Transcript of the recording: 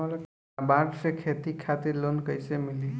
नाबार्ड से खेती खातिर लोन कइसे मिली?